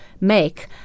make